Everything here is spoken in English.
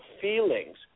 feelings